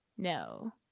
No